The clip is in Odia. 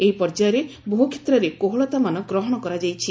ଏହି ପର୍ଯ୍ୟାୟରେ ବହୁ କ୍ଷେତ୍ରରେ କେହଳତାମାନ ଗ୍ରହଣ କରାଯାଇଛି